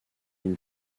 une